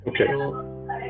okay